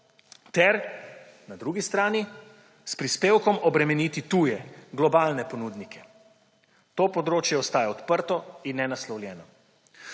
ter na drugi strani s prispevkom obremeniti tuje, globalne ponudnike. To področje ostaja odprto in nenaslovljeno,